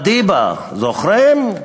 מדיבה, זוכרים?